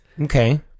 Okay